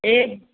ए